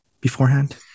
beforehand